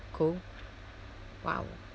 cool !wow!